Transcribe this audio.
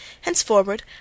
Henceforward